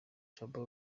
shaban